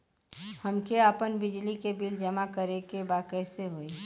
हमके आपन बिजली के बिल जमा करे के बा कैसे होई?